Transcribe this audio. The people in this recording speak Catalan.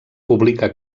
publica